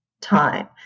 time